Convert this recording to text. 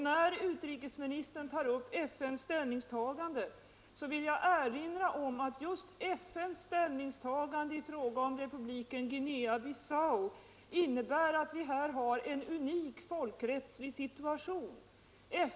När utrikesministern tar upp FN:s ställningstagande vill jag erinra om att just detta ställningstagande i fråga om republiken Guinea-Bissau innebär att vi här har en unik folkrättslig situation.